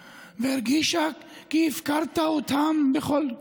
תיזהר, זה רוצה לזרוק אותך לים.